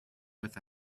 with